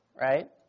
Right